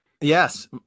yes